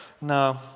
No